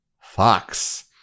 Fox